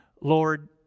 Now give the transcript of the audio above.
Lord